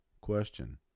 question